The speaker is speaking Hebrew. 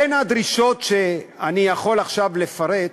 בין הדרישות שאני יכול עכשיו לפרט,